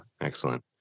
Excellent